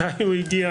מתי הוא הגיע.